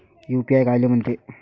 UPI कायले म्हनते?